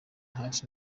hart